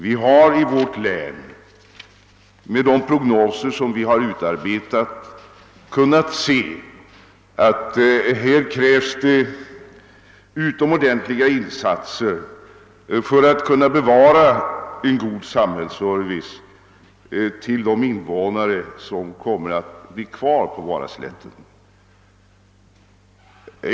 Vi har i vårt län med de prognoser som vi utarbetat kunnat se att det krävs utomordentliga insatser för att kunna bevara en god samhällsservice till invånarna på Varaslätten.